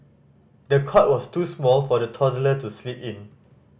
the cot was too small for the toddler to sleep in